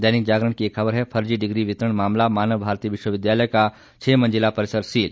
दैनिक जागरण की एक खबर है फर्जी डिग्री वितरण मामला मानव भारती विश्वविद्यालय का छह मंजिला परिसर सील